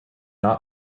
not